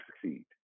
succeed